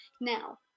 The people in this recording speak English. Now